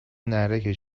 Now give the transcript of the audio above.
ﺷﯿﺮﺍﻥ